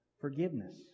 forgiveness